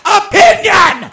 opinion